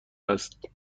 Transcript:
است